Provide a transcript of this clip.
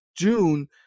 June